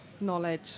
knowledge